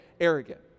arrogant